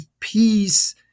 peace